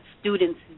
students